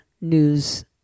news